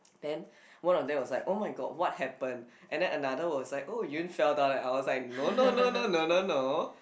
then one of them was like oh-my-god what happened and then other was like oh Yun fell down and I was like no no no no no no no